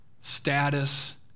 status